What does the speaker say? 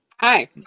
Hi